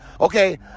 Okay